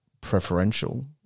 preferential